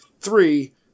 Three